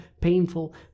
painful